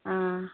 ꯑꯥ